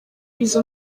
izo